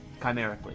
chimerically